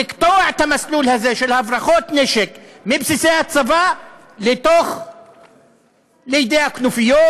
לקטוע את המסלול הזה של הברחות נשק מבסיסי הצבא לידי כנופיות,